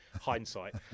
hindsight